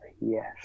Yes